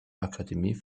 akademie